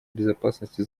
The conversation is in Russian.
безопасности